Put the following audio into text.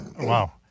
Wow